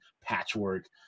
patchwork